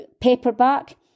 paperback